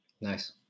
Nice